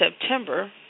September